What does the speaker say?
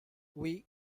oui